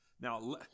Now